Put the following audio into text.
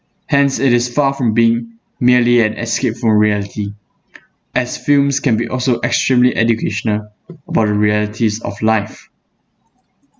hence it is far from being merely an escape from reality as films can be also extremely educational about the realities of life